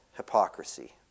hypocrisy